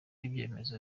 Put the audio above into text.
ivyemeza